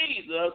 Jesus